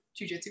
jujitsu